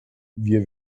wir